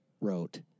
wrote